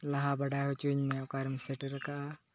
ᱞᱟᱦᱟ ᱵᱟᱰᱟᱭ ᱦᱚᱪᱚᱧᱢᱮ ᱚᱠᱟᱨᱮᱢ ᱥᱮᱴᱮᱨᱟᱠᱟᱜᱼᱟ